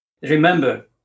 Remember